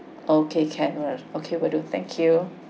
okay can alright okay will do thank you